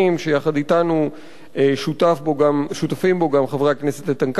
שיחד אתנו שותפים בו גם חברי הכנסת איתן כבל,